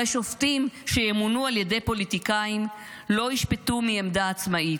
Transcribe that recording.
הרי שופטים שימונו על ידי פוליטיקאים לא ישפטו מעמדה עצמאית.